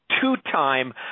two-time